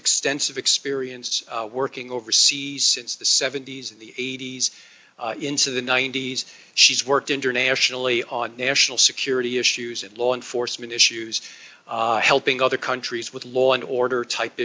extensive experience working overseas since the seventy's and the eighty's into the ninety yes she's worked internationally on national security issues of law enforcement issues helping other countries with law and order type